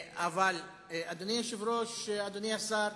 אדוני היושב-ראש, אדוני השר,